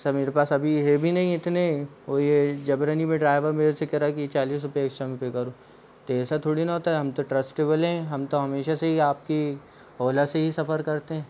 sir मेरे पास अभी है भी नहीं इतने ओर ये जबरन ही में ड्राइवर मेरे से कह रहा हे कि चालीस रुपये एक्स्ट्रा मैं पे करूँ तो ऐसा थोड़ी ना होता है हम तो ट्रस्टेबल हैं हम तो हमेशा से ही आपकी ओला से ही सफ़र करते हैं